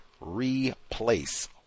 replace